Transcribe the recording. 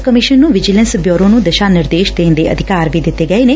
ਇਸ ਕਮਿਸ਼ਨ ਨੂੰ vigilance bureau ਨੂੰ ਦਿਸ਼ਾ ਨਿਰਦੇਸ਼ ਦੇਣ ਦੇ ਅਧਿਕਾਰ ਵੀ ਦਿੱਤੇ ਗਏ ਨੇ